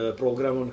program